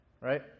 right